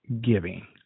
giving